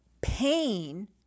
pain